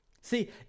See